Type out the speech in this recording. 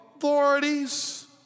Authorities